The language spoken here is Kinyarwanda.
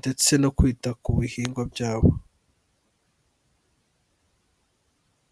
ndetse no kwita ku bihingwa byabo.